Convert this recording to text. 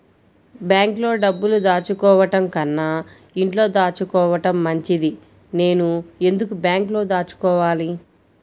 బ్యాంక్లో డబ్బులు దాచుకోవటంకన్నా ఇంట్లో దాచుకోవటం మంచిది నేను ఎందుకు బ్యాంక్లో దాచుకోవాలి?